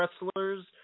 wrestlers